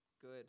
good